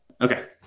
Okay